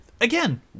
Again